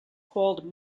called